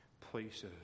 places